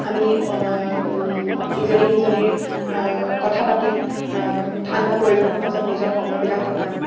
আমি ইজনীয়ে সিজনীৰ কথা পাতিম ঠাণ্ডা পৰিৱেশৰ মাজত নিজৰ সময়বিলাক কটাম